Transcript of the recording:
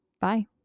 Bye